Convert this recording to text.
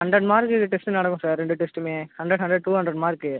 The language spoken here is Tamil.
ஹண்ட்ரட் மார்க்குக்கு டெஸ்ட்டு நடக்கும் சார் ரெண்டு டெஸ்ட்டுமே hundred hundred two hundred mark